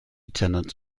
tenant